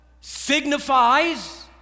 signifies